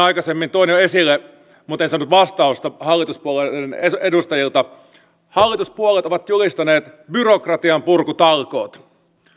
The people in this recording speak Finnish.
aikaisemmin toin jo esille mutta en saanut vastausta hallituspuolueiden edustajilta hallituspuolueet ovat julistaneet byrokratian purkutalkoot